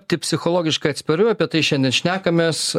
kaip psichologiškai atspariu apie tai šiandien šnekamės